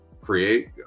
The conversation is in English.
create